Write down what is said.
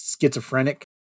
schizophrenic